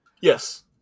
Yes